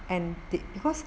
and they because